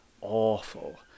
awful